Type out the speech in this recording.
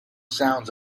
sounds